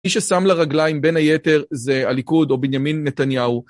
מי ששם לה רגליים בין היתר זה הליכוד או בנימין נתניהו.